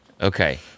Okay